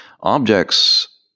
objects